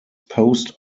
post